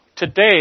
Today